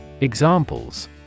Examples